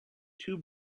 two